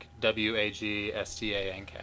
w-a-g-s-t-a-n-k